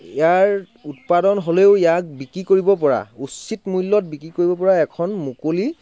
ইয়াৰ উৎপাদন হ'লেও ইয়াক বিক্ৰী কৰিব পৰা উচিত মূল্যত বিক্ৰী কৰিব পৰা এখন মুকলি